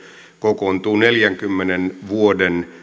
kokoontuu neljänkymmenen vuoden